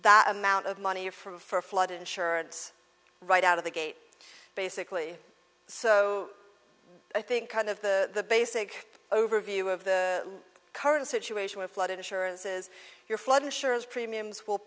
that amount of money from for flood insurance right out of the gate basically so i think kind of the basic overview of the current situation of flood insurance is your flood insurance premiums w